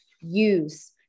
use